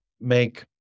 make